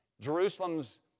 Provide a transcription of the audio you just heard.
Jerusalem's